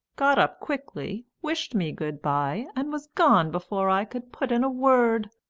got up quickly, wished me good-bye, and was gone before i could put in a word.